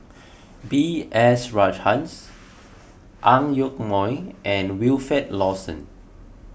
B S Rajhans Ang Yoke Mooi and Wilfed Lawson